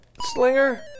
Slinger